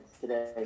today